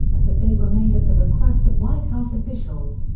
and that they were made at the request of white house officials.